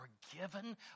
forgiven